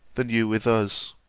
than you with us.